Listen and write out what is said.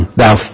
thou